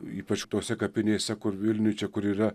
ypač tose kapinėse kur vilniuj čia kur yra